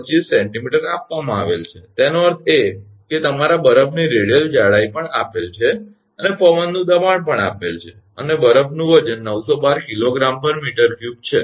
25 𝑐𝑚 આપવામાં આવેલ છે તેનો અર્થ એ કે તમારા બરફની રેડિયલ જાડાઈ પણ આપેલ છે અને પવનનું દબાણ પણ આપેલ છે અને બરફનું વજન 912 𝐾𝑔 𝑚3 છે